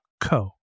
co